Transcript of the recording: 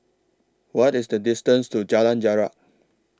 What IS The distance to Jalan Jarak